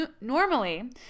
Normally